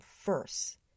first